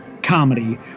Comedy